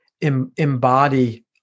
embody